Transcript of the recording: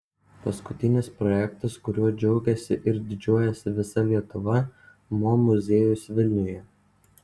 paskutinis projektas kuriuo džiaugiasi ir didžiuojasi visa lietuva mo muziejus vilniuje